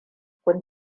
kun